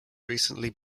recently